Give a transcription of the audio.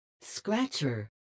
Scratcher